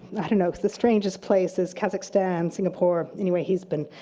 i don't know, the strangest places, kazakhstan, singapore. anyway, he's been,